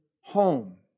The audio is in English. home